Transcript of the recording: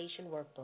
Workbook